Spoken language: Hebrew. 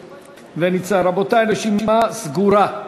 רבותי, הרשימה סגורה.